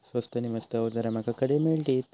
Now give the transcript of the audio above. स्वस्त नी मस्त अवजारा माका खडे मिळतीत?